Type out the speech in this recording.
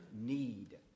need